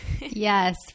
Yes